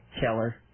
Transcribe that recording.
Keller